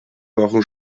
wochen